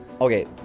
Okay